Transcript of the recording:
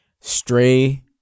Stray